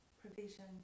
provision